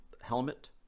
helmet